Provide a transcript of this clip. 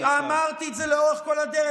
אמרתי את זה לאורך כל הדרך.